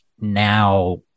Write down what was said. now